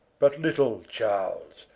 but little charles,